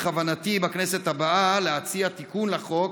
בכנסת הבאה בכוונתי להציע תיקון לחוק,